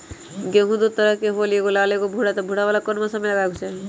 गेंहू दो तरह के होअ ली एगो लाल एगो भूरा त भूरा वाला कौन मौसम मे लगाबे के चाहि?